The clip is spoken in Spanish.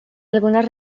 algunas